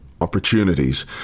opportunities